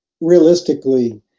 realistically